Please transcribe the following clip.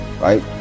Right